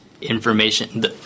information